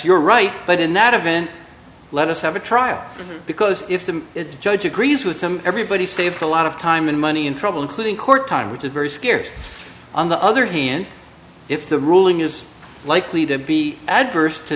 your right but in that event let us have a trial because if the judge agrees with them everybody saved a lot of time and money in trouble including court time which is very scarce on the other hand if the ruling is likely to be adverse to